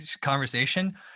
conversation